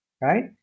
Right